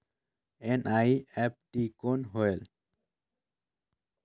NEFT कौन होएल?